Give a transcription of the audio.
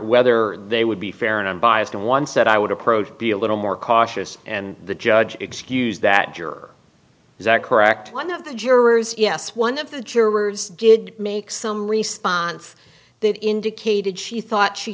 whether they would be fair and unbiased and one said i would approach be a little more cautious and the judge excuse that juror is that correct one of the jurors yes one of the jurors did make some response that indicated she thought she